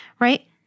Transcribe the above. right